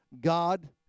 God